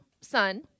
son